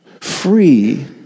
Free